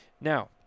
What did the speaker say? Now